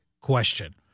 question